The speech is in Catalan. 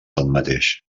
tanmateix